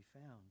found